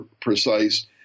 precise